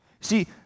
See